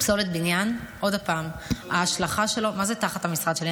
פסולת בניין, ההשלכה שלה, מה זה תחת המשרד שלי?